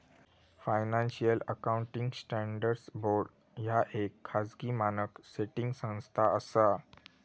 financial accounting standards board ह्या येक खाजगी मानक सेटिंग संस्था असा